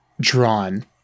drawn